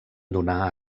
donar